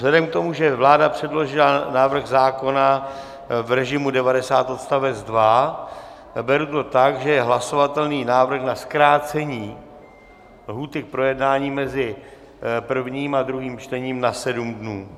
Vzhledem k tomu, že vláda předložila návrh zákona v režimu 90 odst. 2, beru to tak, že je hlasovatelný návrh na zkrácení lhůty k projednání mezi prvním a druhým čtením na 7 dnů.